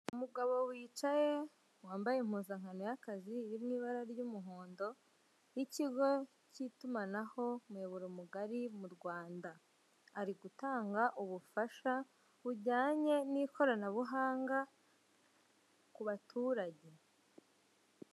Umugabo wicaye wambaye impuzankano y'akazi iri mu ibara ry'umuhondo w'ikigo cy'itumanaho umuyoboro mugari mu Rwanda ari gutanga ubufasha bujyanye n'ikoranabuhanga ku baturage.